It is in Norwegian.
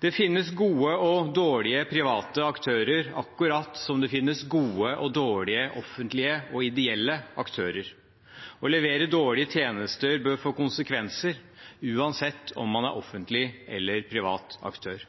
Det finnes gode og dårlige private aktører, akkurat som det finnes gode og dårlige offentlige og ideelle aktører. Å levere dårlige tjenester bør få konsekvenser, uansett om man er offentlig eller privat aktør.